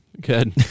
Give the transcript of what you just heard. Good